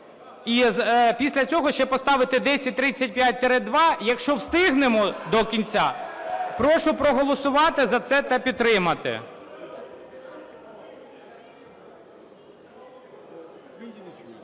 І після цього ще поставити 1035-2, якщо встигнемо до кінця. Прошу проголосувати за це та підтримати.